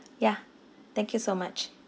ya thank you so much